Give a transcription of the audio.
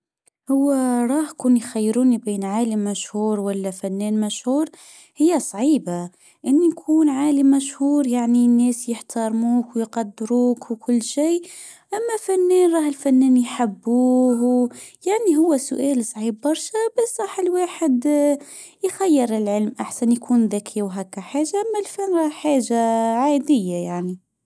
هو راق خير بين عالم مشهور ولا فنان مشهور هي صعيبة انه يكون عالم مشهور يعني الناس يحترموك ويقدروك وكل شيء اما الفنان يحبوه يعني هو سؤال صعيب برشا بنشرح لواحد يخير العلم احسن يكون ذكي وهكا حاجة اما الفم حاجة عادية يعني